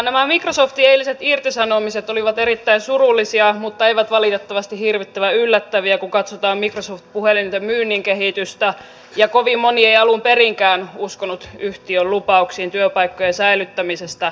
nämä microsoftin eiliset irtisanomiset olivat erittäin surullisia mutta eivät valitettavasti hirvittävän yllättäviä kun katsotaan microsoftin puhelinten myynnin kehitystä ja kovin moni ei alun perinkään uskonut yhtiön lupauksiin työpaikkojen säilyttämisestä